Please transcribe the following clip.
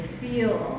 feel